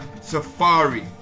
safari